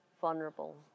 vulnerable